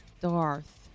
Darth